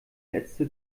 letzte